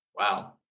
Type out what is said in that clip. Wow